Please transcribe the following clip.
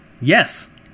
yes